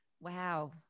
Wow